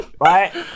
Right